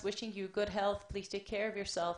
אונר"א ובנושאים אחרים שקשורים לפלסטינים,